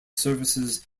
services